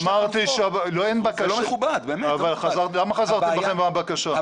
אמרתי ש לא, למה חזרתם בכם מהבקשה?